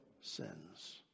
sins